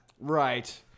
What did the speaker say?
Right